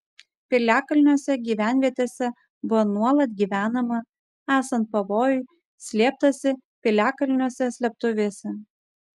piliakalniuose gyvenvietėse buvo nuolat gyvenama esant pavojui slėptasi piliakalniuose slėptuvėse